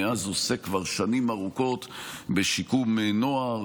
מאז הוא עוסק כבר שנים ארוכות בשיקום נוער,